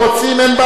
אין בעיה,